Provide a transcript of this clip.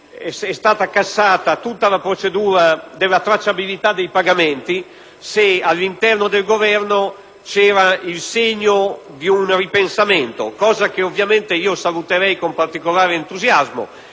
è stata cassata tutta la procedura della tracciabilità dei pagamenti, vorrei chiedere se all'interno del Governo vi sia il segno di un ripensamento che, ovviamente, saluterei con particolare entusiasmo.